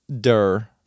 der